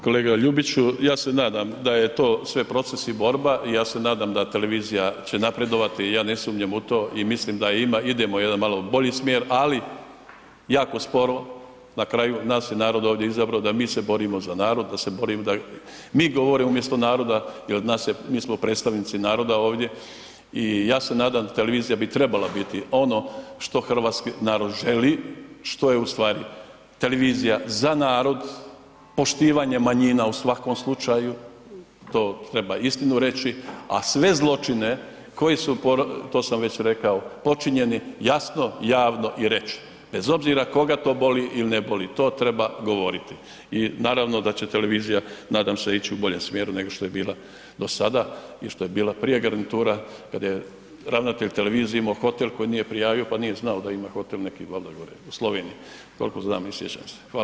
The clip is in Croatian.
Kolega Ljubiću, ja se nadam da je to sve proces i borba i ja se nadam da televizija će napredovati, ja ne sumnjam u to i mislim da idemo u jedan malo bolji smjer ali jako sporo, na kraju, nas je narod ovdje izabrao da mi se borimo za narod, da mi govorimo umjesto naroda jer mi smo predstavnici naroda ovdje i ja se nadam televizija bi trebala biti ono što hrvatski narod želi, što je ustvari televizija za narod, poštivanje manjina u svakom slučaju, to treba iznimno reći a sve zločine koju su, to sam već rekao, počinjeni, jasno javno i reći bez obzira koga to boli ili ne boli, to treba govoriti i naravno da će televizija nadam se ići u boljem smjeru nego što je bila do sada i što je bila prije garnitura kad je ravnatelj televizije imao hotel koji nije prijavio pa nije znao da ima hotel neki valjda gore u Sloveniji, toliko znam i sjećam se.